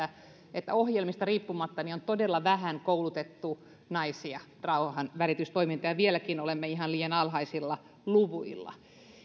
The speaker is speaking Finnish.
että ohjelmista riippumatta naisia on todella vähän koulutettu rauhanvälitystoimintaan ja vieläkin olemme ihan liian alhaisilla luvuilla